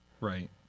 Right